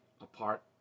apart